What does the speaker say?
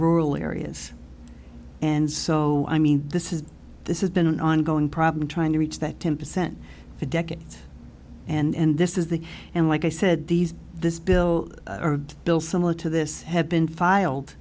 rural areas and so i mean this is this is been an ongoing problem trying to reach that ten percent for decades and this is the and like i said these this bill or bill similar to this have been filed